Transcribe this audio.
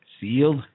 sealed